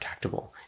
protectable